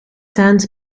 sands